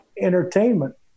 entertainment